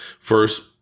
First